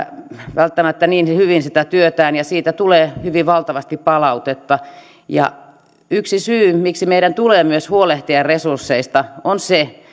välttämättä niin hyvin sitä työtään siitä tulee hyvin valtavasti palautetta ja yksi syy miksi meidän tulee myös huolehtia resursseista on se